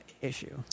issue